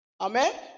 Amen